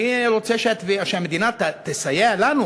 אני רוצה שהמדינה תסייע לנו,